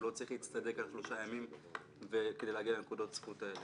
הוא לא צריך להצטדק על שלושה ימים כדי להגיע לנקודות זכות האלה.